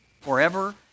Forever